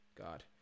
God